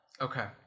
Okay